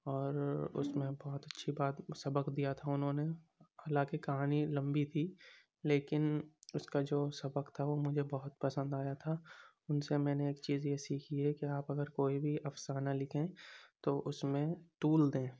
اور اُس میں بہت اچھی بات سبق دیا تھا اُنہوں نے حالاں کہ کہانی لمبی تھی لیکن اُس کا جو سبق تھا وہ مجھے بہت پسند آیا تھا اُن سے میں نے ایک چیز یہ سیکھی ہے کہ آپ اگر کوئی بھی افسانہ لکھیں تو اُس میں طول دیں